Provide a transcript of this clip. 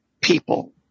people